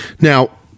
Now